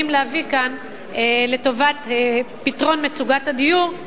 להביא כאן לטובת פתרון מצוקת הדיור.